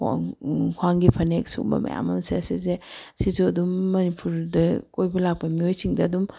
ꯈ꯭ꯋꯥꯡꯒꯤ ꯐꯅꯦꯛ ꯁꯤꯒꯨꯝꯕ ꯃꯌꯥꯝ ꯑꯃꯁꯦ ꯁꯤꯁꯦ ꯁꯤꯁꯨ ꯑꯗꯨꯝ ꯃꯅꯤꯄꯨꯔꯗ ꯀꯣꯏꯕ ꯂꯥꯛꯄ ꯃꯤꯑꯣꯏꯁꯤꯡꯗ ꯑꯗꯨꯝ